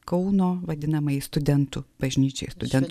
kauno vadinamai studentų bažnyčiai studentų